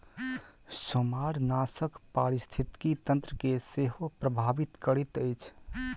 सेमारनाशक पारिस्थितिकी तंत्र के सेहो प्रभावित करैत अछि